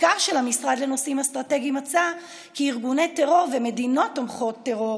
מחקר של המשרד לנושאים אסטרטגיים מצא כי ארגוני טרור ומדינות תומכות טרור